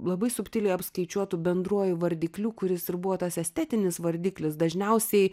labai subtiliai apskaičiuotu bendruoju vardikliu kuris ir buvo tas estetinis vardiklis dažniausiai